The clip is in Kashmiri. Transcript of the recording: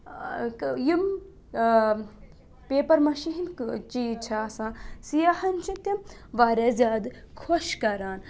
یِم پیپَر مٲشی ہِنٛدۍ کہٕ چیٖز چھِ آسان سیاحَن چھِ تِم واریاہ زیادٕ خۄش کَران